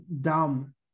dumb